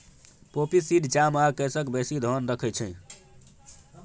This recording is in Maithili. पोपी सीड चाम आ केसक बेसी धेआन रखै छै